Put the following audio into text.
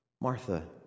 Martha